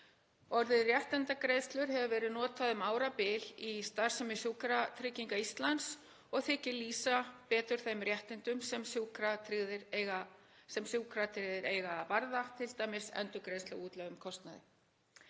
Orðið réttindagreiðslur hefur verið notað um árabil í starfsemi Sjúkratrygginga Íslands og þykir lýsa betur þeim réttindum sem sjúkratryggðir eiga t.d. varðandi endurgreiðslu á útlögðum kostnaði.